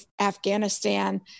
Afghanistan